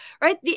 right